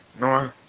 No